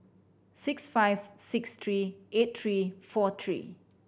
six five six three eight three four three